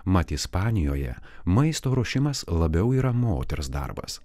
mat ispanijoje maisto ruošimas labiau yra moters darbas